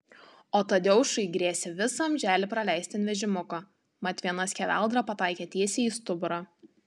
o tadeušui grėsė visą amželį praleisti ant vežimuko mat viena skeveldra pataikė tiesiai į stuburą